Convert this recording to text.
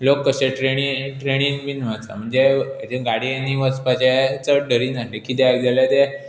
लोक कशे ट्रेनीन ट्रेनीन बीन वच म्हणजे हाचे गाडयेनी वचपाचें चड धरीनासले किद्याक जाल्यार ते